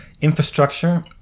infrastructure